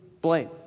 blame